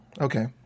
Okay